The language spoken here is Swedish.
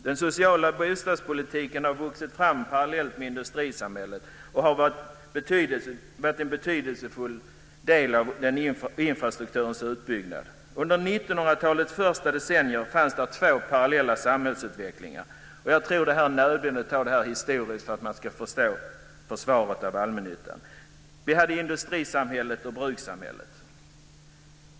Den sociala bostadspolitiken har vuxit fram parallellt med industrisamhället och har varit en betydelsefull del av infrastrukturens utbyggnad. Under 1900-talets första decennier fanns det två parallella samhällsutvecklingar, industrisamhället och brukssamhället, och jag tror att det är nödvändigt med en historisk tillbakablick för att man ska förstå försvaret av allmännyttan.